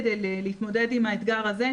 כדי להתמודד עם האתגר הזה,